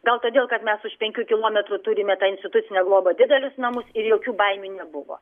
gal todėl kad mes už penkių kilometrų turime tą institucinę globą didelius namus ir jokių baimių nebuvo